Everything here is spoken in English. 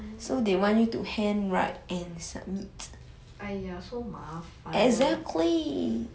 !huh!